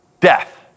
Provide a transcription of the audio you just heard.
Death